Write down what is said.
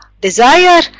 desire